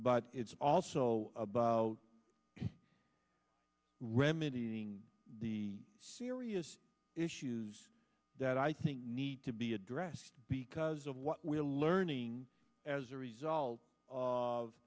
but it's also about remedying the serious issues that i think need to be addressed because of what we're learning as a result